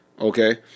Okay